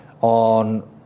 on